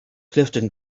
clifton